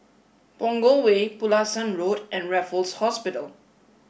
Punggol Way Pulasan Road and Raffles Hospital